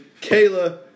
Kayla